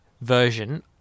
version